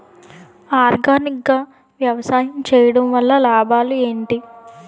Organic గా వ్యవసాయం చేయడం వల్ల లాభాలు ఏంటి?